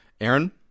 Aaron